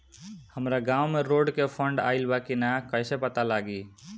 हमरा गांव मे रोड के फन्ड आइल बा कि ना कैसे पता लागि?